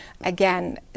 again